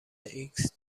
ایکس